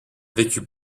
vécut